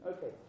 Okay